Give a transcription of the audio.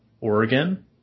Oregon